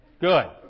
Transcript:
Good